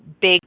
big